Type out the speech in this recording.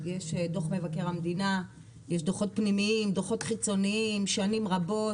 יש דוחות פנימיים וחיצוניים במשך שנים רבות,